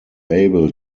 able